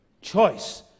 choice